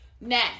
Now